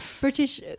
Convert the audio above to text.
British